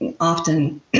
often